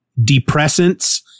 depressants